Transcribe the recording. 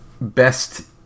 best